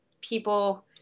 people